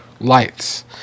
lights